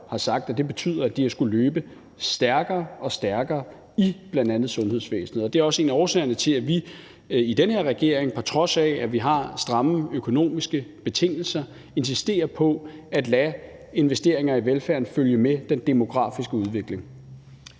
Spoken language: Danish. har sagt har betydet, at de har skullet løbe stærkere og stærkere i bl.a. sundhedsvæsenet. Det er også en af årsagerne til, at vi i den her regering, på trods af at vi har stramme økonomiske betingelser, insisterer på at lade investeringer i velfærden følge med den demografiske udvikling.